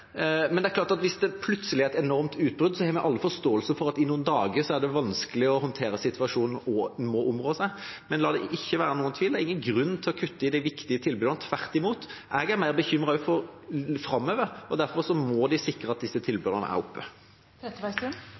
det. Det er klart at hvis det plutselig er et enormt utbrudd, har vi alle forståelse for at det i noen dager er vanskelig å håndtere situasjonen og man må områ seg. Men la det ikke være noen tvil: Det er ingen grunn til å kutte i de viktige tilbudene, tvert imot. Jeg er mer bekymret for tida framover, og derfor må vi sikre at disse tilbudene er